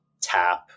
tap